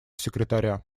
секретаря